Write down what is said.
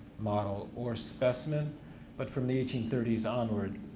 model, or specimen but from the eighteen thirty s onward,